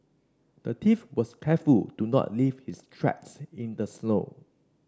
the thief was careful to not leave his tracks in the snow